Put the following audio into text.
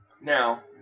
Now